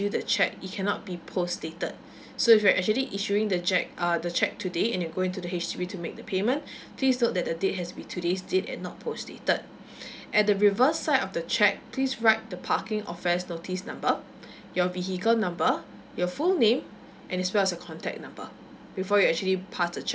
the cheque it cannot be post dated so if you are actually issuing the cheque uh the cheque today and you're going to the H_D_B to make the payment please note that the date has to be today's date and not post dated and the reverse side of the cheque please write the parking offends notice number your vehicle number your full name and as well as your contact number before you actually pass the cheque